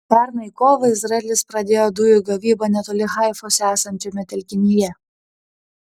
pernai kovą izraelis pradėjo dujų gavybą netoli haifos esančiame telkinyje